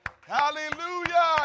Hallelujah